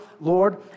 Lord